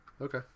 okay